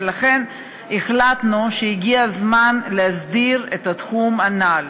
ולכן החלטנו שהגיע הזמן להסדיר את התחום הנ"ל.